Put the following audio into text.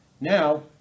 Now